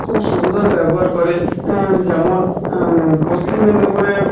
খুব সুন্দর ব্যবহার করে যেমন পশ্চিম মেদিনীপুরে